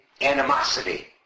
animosity